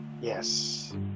Yes